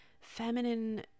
feminine